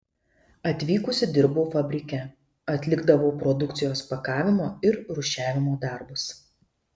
atvykusi dirbau fabrike atlikdavau produkcijos pakavimo ir rūšiavimo darbus